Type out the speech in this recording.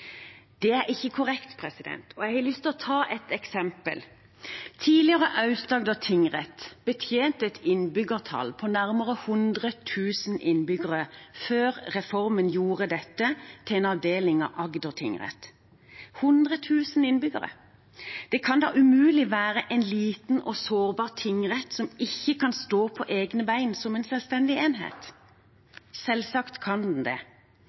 Det er ikke korrekt, og jeg har lyst til å ta ett eksempel. Tidligere Aust-Agder tingrett betjente et innbyggertall på nærmere 100 000 innbyggere før reformen gjorde dette til en avdeling av Agder tingrett. 100 000 innbyggere – det kan da umulig være en liten og sårbar tingrett som ikke kan stå på egne bein som en selvstendig enhet. Selvsagt kan den det.